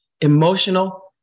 emotional